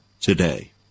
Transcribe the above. today